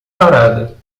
parada